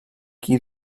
qui